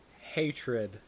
Hatred